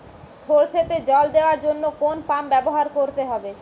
সরষেতে জল দেওয়ার জন্য কোন পাম্প ব্যবহার করতে হবে?